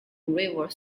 river